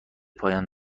پایان